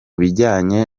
bijyanye